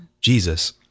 Jesus